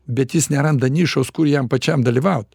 bet jis neranda nišos kur jam pačiam dalyvaut